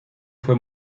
fue